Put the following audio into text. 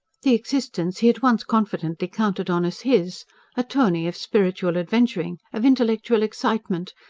the existence he had once confidently counted on as his a tourney of spiritual adventuring, of intellectual excitement,